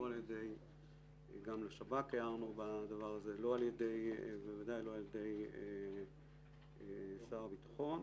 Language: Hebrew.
לא על ידי השב"כ ובוודאי לא על ידי שר הביטחון.